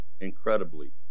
incredibly